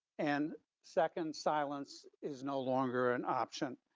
and second, silence is no longer an option.